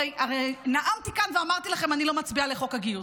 הרי נאמתי כאן ואמרתי לכם שאני לא מצביעה לחוק הגיוס.